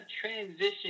transition